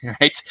right